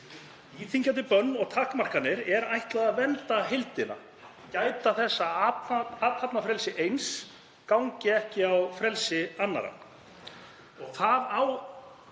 íþyngjandi bönnum og takmörkunum er ætlað að vernda heildina og gæta þess að athafnafrelsi eins gangi ekki á frelsi annarra.